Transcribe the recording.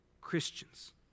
Christians